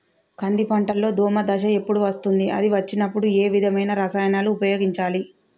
కంది పంటలో దోమ దశ ఎప్పుడు వస్తుంది అది వచ్చినప్పుడు ఏ విధమైన రసాయనాలు ఉపయోగించాలి?